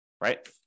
right